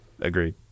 Agreed